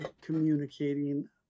communicating